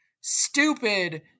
stupid